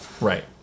Right